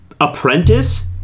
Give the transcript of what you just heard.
apprentice